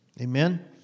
Amen